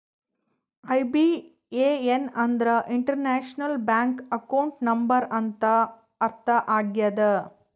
IBAN ಅಂದ್ರೆ international bank account number ಅಂತ ಅರ್ಥ ಆಗ್ಯದ